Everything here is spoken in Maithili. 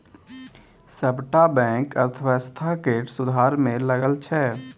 सबटा बैंक अर्थव्यवस्था केर सुधार मे लगल छै